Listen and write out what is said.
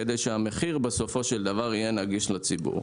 כדי שהמחיר בסופו של דבר יהיה נגיש לציבור.